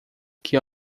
que